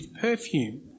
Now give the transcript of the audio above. perfume